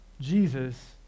Jesus